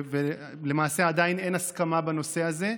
למעשה, עדיין אין הסכמה בנושא הזה.